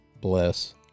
bless